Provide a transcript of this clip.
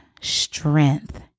strength